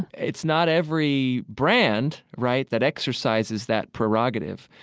it's not every brand, right, that exercises that prerogative,